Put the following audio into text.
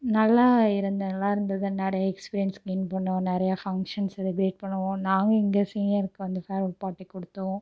நல்லா இருந்தேன் நல்லாயிருந்தது நிறைய எக்ஸ்பீரியன்ஸ் கெயின் பண்ணுவோம் நிறையா ஃபங்க்ஷன்ஸ் செலபிரேட் பண்ணுவோம் நாங்கள் எங்கள் சீனியருக்கு வந்து ஃபேர்வல் பார்ட்டி கொடுத்தோம்